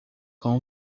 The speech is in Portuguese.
com